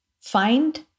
find